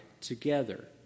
together